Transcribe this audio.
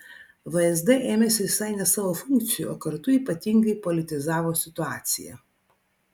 vsd ėmėsi visai ne savo funkcijų o kartu ypatingai politizavo situaciją